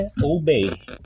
obey